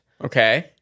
Okay